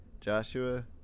Joshua